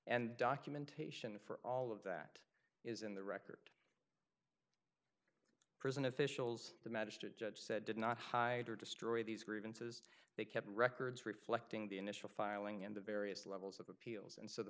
and documentation for all of that is in the record prison officials the magistrate judge said did not hide or destroy these grievances they kept records reflecting the initial filing in the various levels of appeals and so the